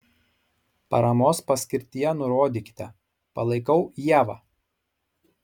paramos paskirtyje nurodykite palaikau ievą